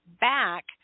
Back